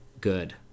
good